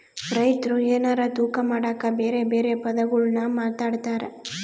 ರೈತ್ರು ಎನಾರ ತೂಕ ಮಾಡಕ ಬೆರೆ ಬೆರೆ ಪದಗುಳ್ನ ಮಾತಾಡ್ತಾರಾ